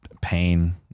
pain